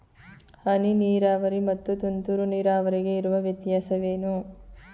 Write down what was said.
ಹನಿ ನೀರಾವರಿ ಮತ್ತು ತುಂತುರು ನೀರಾವರಿಗೆ ಇರುವ ವ್ಯತ್ಯಾಸವೇನು?